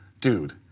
Dude